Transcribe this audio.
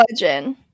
legend